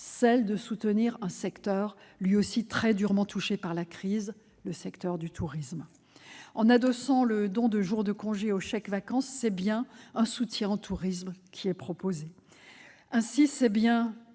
celle de soutenir un secteur lui aussi très durement touché par la crise, le secteur du tourisme. Le don de jours de congé étant adossé aux chèques-vacances, c'est bien un soutien au tourisme qui est proposé. Ainsi, c'est bien